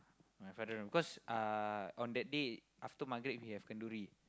my father no cause uh on that day after maghrib we have kenduri